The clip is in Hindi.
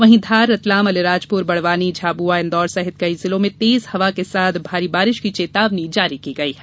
वहीं धार रतलाम अलीराजपुर बड़वानी झाबुआ इन्दौर सहित कई जिलों में तेज हवा के साथ भारी बारिश की चेतावनी जारी की है